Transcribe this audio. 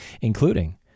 including